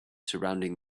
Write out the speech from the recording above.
surrounding